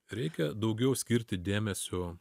reikia daugiau skirti dėmesio